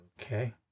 Okay